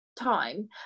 time